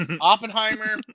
Oppenheimer